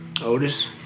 Otis